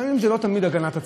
לפעמים זה לא הגנת הצרכן,